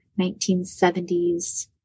1970s